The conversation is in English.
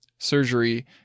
surgery